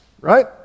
Right